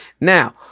Now